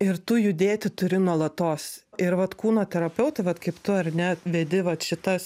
ir tu judėti turi nuolatos ir vat kūno terapeutai vat kaip tu ar ne vedi vat šitas